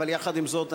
יחד עם זאת,